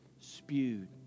spewed